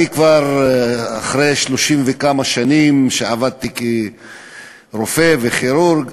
אני כבר אחרי 30 וכמה שנות עבודה כרופא וכירורג,